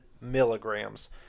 milligrams